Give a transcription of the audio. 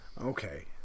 Okay